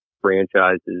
franchises